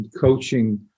coaching